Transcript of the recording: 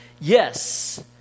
Yes